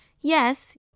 yes